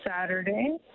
Saturday